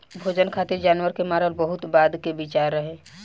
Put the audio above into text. भोजन खातिर जानवर के मारल बहुत बाद के विचार रहे